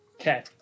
Okay